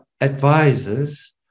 advisors